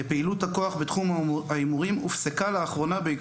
ראשית, בין